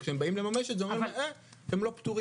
וכשבאים לממש את זה אומרים אה, אתם לא פטורים..